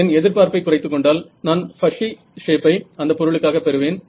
என் எதிர்பார்ப்பை குறைத்துக்கொண்டால் நான் பஸ்சி ஷேப்பை அந்த பொருளுக்காக பெறுவேன்